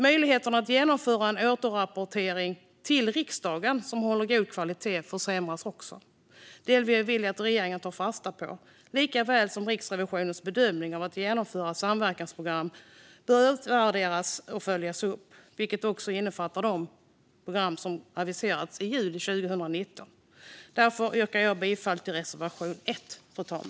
Möjligheterna att genomföra en återrapportering till riksdagen som håller god kvalitet försämras också. Det vill vi att regeringen tar fasta på likaväl som Riksrevisionens bedömning av att genomförda samverkansprogram bör utvärderas och följas upp, vilket också innefattar de program som aviserades i juli 2019. Fru talman! Därför yrkar jag bifall till reservation l.